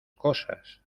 cosas